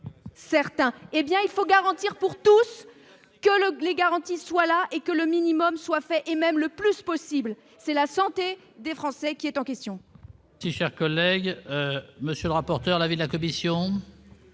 certains, hé bien il faut garantir pour tous : colloque les garanties soient là et que le minimum soit fait et même le plus possible, c'est la santé des Français qui est en question.